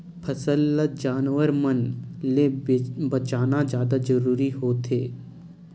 फसल ल जानवर मन ले बचाना जादा जरूरी होवथे